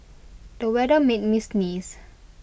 the weather made me sneeze